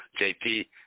JP